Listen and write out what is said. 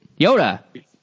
Yoda